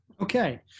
Okay